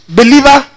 believer